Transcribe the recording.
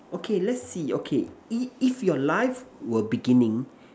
okay let's see okay if if your life were beginning